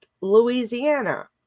Louisiana